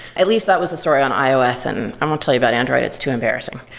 at least that was the story on ios and i won't tell you about android, it's too embarrassing.